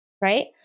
right